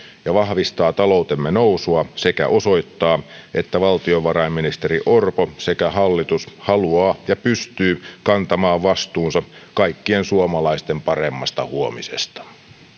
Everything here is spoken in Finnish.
ja vahvistaa taloutemme nousua sekä osoittaa että valtiovarainministeri orpo sekä hallitus haluaa ja pystyy kantamaan vastuunsa kaikkien suomalaisten paremmasta huomisesta